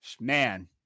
Man